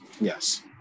yes